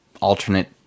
alternate